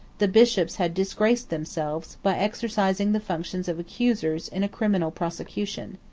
the bishops had disgraced themselves, by exercising the functions of accusers in a criminal prosecution.